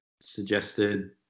suggested